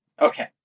Okay